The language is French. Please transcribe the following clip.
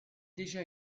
déjà